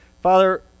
Father